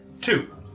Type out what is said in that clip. Two